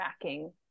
tracking